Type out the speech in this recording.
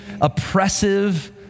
oppressive